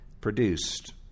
produced